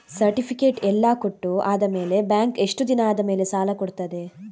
Certificate ಎಲ್ಲಾ ಕೊಟ್ಟು ಆದಮೇಲೆ ಬ್ಯಾಂಕ್ ಎಷ್ಟು ದಿನ ಆದಮೇಲೆ ಸಾಲ ಕೊಡ್ತದೆ?